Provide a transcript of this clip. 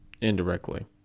indirectly